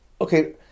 Okay